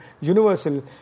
Universal